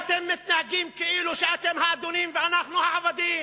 אתם מתנהגים כאילו שאתם האדונים ואנחנו העבדים.